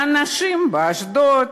לאנשים באשדוד,